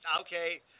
okay